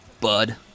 Bud